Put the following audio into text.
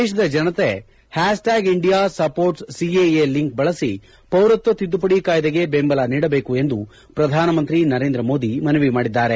ದೇತದ ಜನತೆ hashtag India supports CAA link ಬಳಸಿ ಪೌರತ್ವ ತಿದ್ದುಪಡಿ ಕಾಯ್ದೆಗೆ ಬೆಂಬಲ ನೀಡಬೇಕು ಎಂದು ಪ್ರಧಾನಮಂತ್ರಿ ನರೇಂದ್ರ ಮೋದಿ ಮನವಿ ಮಾಡಿದ್ದಾರೆ